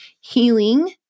healing